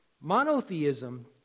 monotheism